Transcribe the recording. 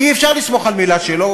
כי אי-אפשר לסמוך על מילה שלו.